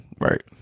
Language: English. Right